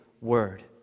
word